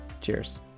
Cheers